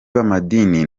b’amadini